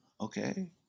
Okay